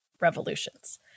revolutions